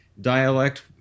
dialect